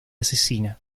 asesina